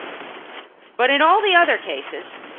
but in all the other cases,